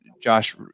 Josh